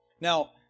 Now